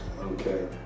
Okay